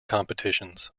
competitions